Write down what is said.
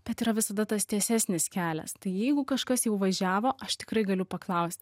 bet yra visada tas tiesesnis kelias tai jeigu kažkas jau važiavo aš tikrai galiu paklausti